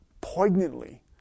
poignantly